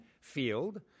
field